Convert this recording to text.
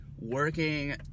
Working